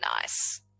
nice